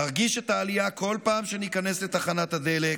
נרגיש את העלייה בכל פעם שניכנס לתחנת הדלק,